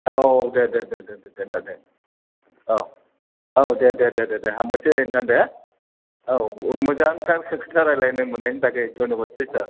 औ औ दे दे दे दे दे औ औ दे दे दे दे दे हामबायसै नोंथां दे औ मोजांथार खोथा रायज्लायलायनो मोननायनायनि थाखाय धय्नबाथसै सार